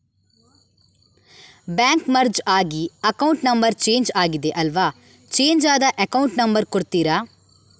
Bank merge ಆಗಿ account number change ಆಗಿದೆ ಅಲ್ವಾ, ಚೇಂಜ್ ಆದ ಅಕೌಂಟ್ ನಂಬರ್ ಕೊಡ್ತೀರಾ?